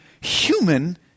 human